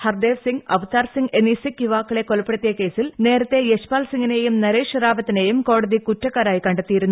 ഹർദേവ് സിംഗ് അവ്താർ സിംഗ് എന്നീ സിക്ക് യുവാക്കളെ കൊലപ്പെടുത്തിയ കേസിൽ നേരത്തെ യശ്പാൽ സിംഗിനെയും നരേഷ് ഷെരാവത്തിനെയും കോടതി കുറ്റക്കാരായി ക ത്തിയിരുന്നു